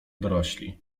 dorośli